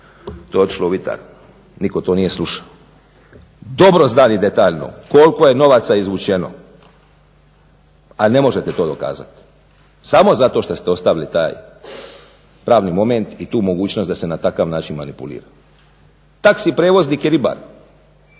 to je otišlo u vitar. Nitko to nije sluša. Dobro znam i detaljno koliko je novaca izvučeno, a ne možete to dokazati samo zato šta ste ostavili taj pravni moment i tu mogućnost da se na takav način manipulira. Taxi prijevoznik je ribar.